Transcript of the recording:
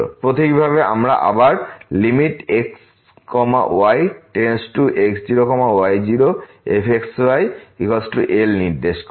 প্রতীকীভাবে আমরা আবার x yx0y0fx y L নির্দেশ করি